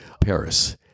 Paris